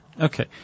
Okay